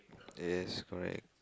yes correct